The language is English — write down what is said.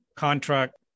Contract